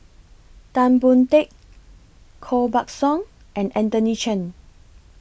Tan Boon Teik Koh Buck Song and Anthony Chen